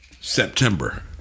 September